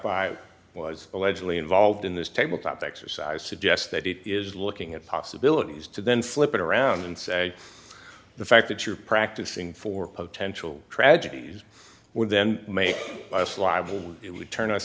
five was allegedly involved in this tabletop exercise suggests that it is looking at possibilities to then flip it around and say the fact that you're practicing for potential tragedies would then make us live will turn